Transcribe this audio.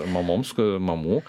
mamoms mamų